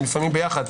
לפעמים ביחד.